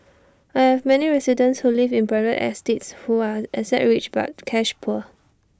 I have many residents who live in private estates who are asset rich but cash poor